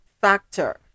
factor